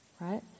right